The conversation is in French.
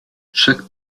chaque